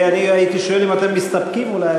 אני הייתי שואל אם אתם מסתפקים אולי,